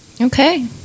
Okay